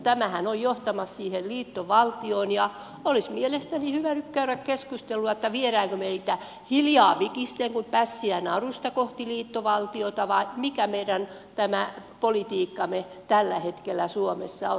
tämähän on johtamassa siihen liittovaltioon ja olisi mielestäni hyvä nyt käydä keskustelua siitä viedäänkö meitä hiljaa vikisten kuin pässiä narusta kohti liittovaltiota vai mikä meidän tämä politiikkamme tällä hetkellä suomessa on